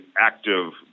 active